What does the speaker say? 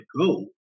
go